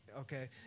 okay